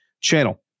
channel